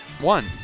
One